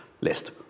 list